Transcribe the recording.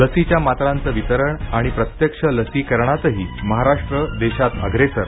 लसीच्या मात्रांचं वितरण आणि प्रत्यक्ष लसीकरणातही महाराष्ट्र देशात अग्रेसर